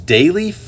Daily